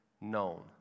known